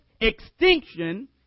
extinction